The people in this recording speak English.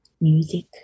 music